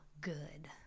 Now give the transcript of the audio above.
good